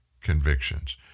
convictions